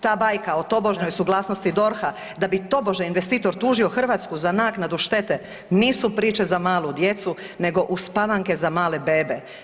Ta bajka o tobožnjoj suglasnosti DORH-a da bi tobože investitor tužio Hrvatsku za naknadu štete nisu priče za malu djecu nego uspavanke za male bebe.